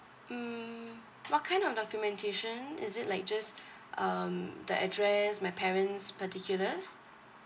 hmm what kind of documentation is it like just um the address my parents' particulars